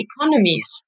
economies